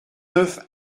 neuf